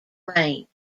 range